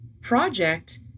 project